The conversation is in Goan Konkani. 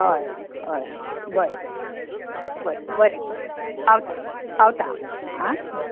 हय हय हय बरें बरें बरें बरें तर पावता पावता हांव आं बरें